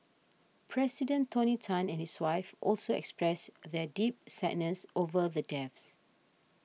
President Tony Tan and his wife also expressed their deep sadness over the deaths